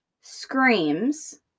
screams